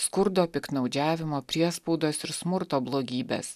skurdo piktnaudžiavimo priespaudos ir smurto blogybes